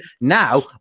Now